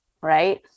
Right